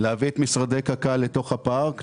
להביא את משרדי קק"ל לתוך הפארק.